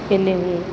એને હું